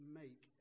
make